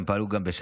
הם פעלו גם בשבתות,